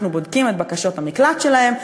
אנחנו בודקים את בקשות המקלט שלהם,